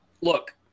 look